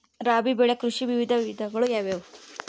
ರಾಬಿ ಬೆಳೆ ಕೃಷಿಯ ವಿವಿಧ ವಿಧಗಳು ಯಾವುವು?